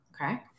Okay